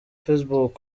facebook